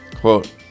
Quote